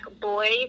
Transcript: boys